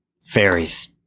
Fairies